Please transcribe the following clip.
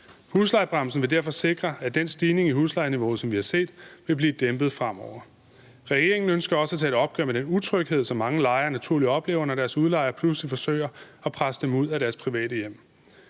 Huslejebremsen vil derfor sikre, at den stigning i huslejeniveauet, som vi har set, vil blive dæmpet fremover. Regeringen ønsker også at tage et opgør med den utryghed, som mange lejere naturligt oplever, når deres udlejer pludselig forsøger at presse dem ud af deres private hjem